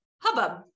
hubbub